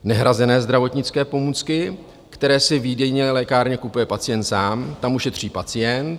Nehrazené zdravotnické pomůcky, které si ve výdejně, v lékárně kupuje pacient sám, tam ušetří pacient.